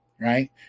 right